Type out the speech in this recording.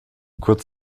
kurz